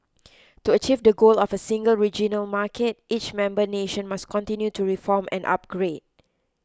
to achieve the goal of a single regional market each member nation must continue to reform and upgrade